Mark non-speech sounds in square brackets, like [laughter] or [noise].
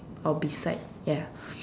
or beside ya [breath]